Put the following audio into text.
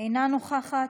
אינה נוכחת,